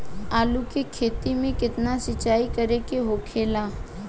आलू के खेती में केतना सिंचाई करे के होखेला?